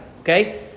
Okay